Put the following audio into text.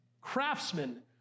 Craftsmen